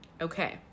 Okay